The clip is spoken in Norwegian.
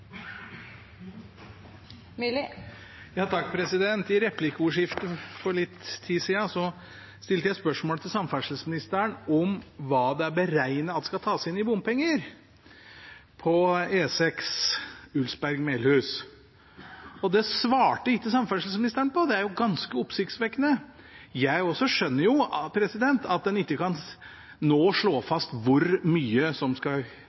I replikkordskiftet for litt siden stilte jeg spørsmål til samferdselsministeren om hva det er beregnet skal tas inn i bompenger på E6 Ulsberg–Melhus. Det svarte ikke samferdselsministeren på, og det er ganske oppsiktsvekkende. Jeg skjønner at en ikke nå kan slå fast på krona hvor mye som skal